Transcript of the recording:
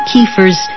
Kiefer's